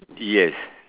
yes